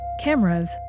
Cameras